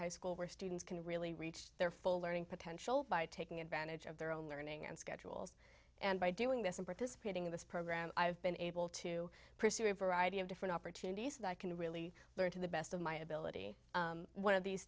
high school where students can really reach their full earning potential by taking advantage of their own learning and schedules and by doing this and participating in this program i've been able to pursue a variety of different opportunities that can really learn to the best of my ability one of these